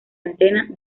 antena